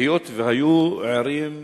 היות שהיו ערים,